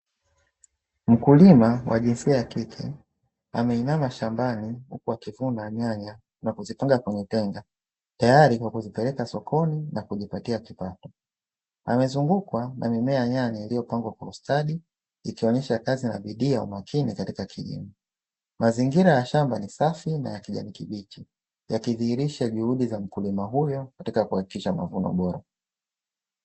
Mkulima wa jinsia ya kike ameinama shambani huku akivuna nyanya na kuzipanga kwenye tenga tayari kwa kuzipeleka sokoni na kujipatia kipato, amezungukwa na nyanya nyingi zilizopangwa kwa ustadi ikionyesha kazi na bidii ya umakini katika kilimo. Mazingira ya shamba ni safi na ya kijani kibichi yakiithihirisha juhudi za mkulima huyo katika kuhakikisha mavuno bora.